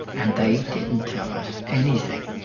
and they didn't tell us anything.